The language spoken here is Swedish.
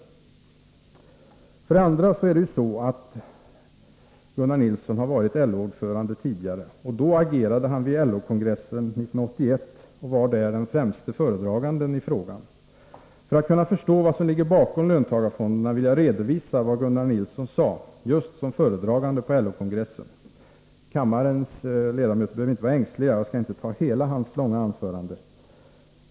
Det är ju inte länge sedan Gunnar Nilsson var LO-ordförande. Som sådan agerade Gunnar Nilsson vid LO-kongressen 1981 och var där den främste föredraganden i löntagarfondsfrågan. För att kunna förstå vad som ligger bakom löntagarfonderna vill jag redovisa vad Gunnar Nilsson sade, just som föredragande på LO-kongressen. Kammarens ledamöter behöver inte vara rädda. Jag skall inte ta hela Gunnar Nilssons långa anförande.